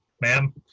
ma'am